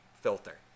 filter